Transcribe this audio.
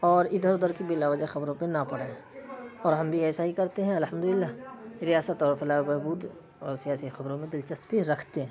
اور ادھر ادھر کی بلا وجہ خبروں پہ نہ پڑیں اور ہم بھی ایسا ہی کرتے ہیں الحمدللہ ریاست اور فلاح و بہبود اور سیاسی خبروں میں دل چسپی رکھتے ہیں